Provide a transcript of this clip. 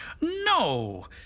No